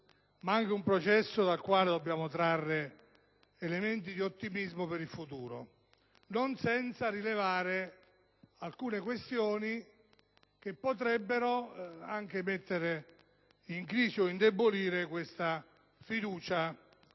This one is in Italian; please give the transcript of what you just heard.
Da esso, tuttavia, dobbiamo trarre anche elementi di ottimismo per il futuro, non senza rilevare alcune questioni che potrebbero mettere in crisi o indebolire questa fiducia